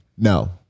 No